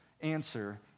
answer